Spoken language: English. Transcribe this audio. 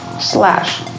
slash